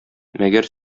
мәгәр